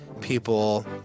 people